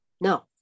no